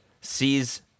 sees